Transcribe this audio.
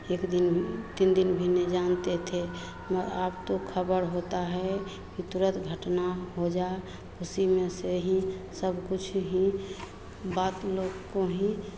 एक दिन तीन दिन भी नै जानते थे मर आब तो खबर होता है फिर तुरत घटना हो जा उसी में से ही सब कुछ ही बात लोग को ही